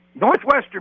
Northwestern